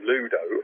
Ludo